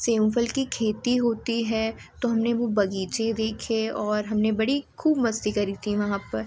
सेमफल की खेती होती है तो हमने वह बगीचे देखे और हमने बड़ी खूब मस्ती करी थी वहाँ पर